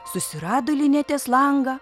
susirado linetės langą